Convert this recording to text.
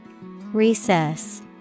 Recess